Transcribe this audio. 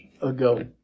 ago